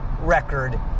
record